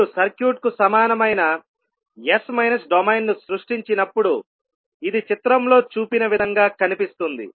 మీరు సర్క్యూట్కు సమానమైన S మైనస్ డొమైన్ను సృష్టించినప్పుడుఇది చిత్రంలో చూపిన విధంగా కనిపిస్తుంది